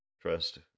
trust